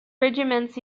regiments